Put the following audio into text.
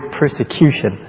persecution